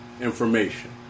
information